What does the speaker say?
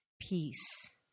peace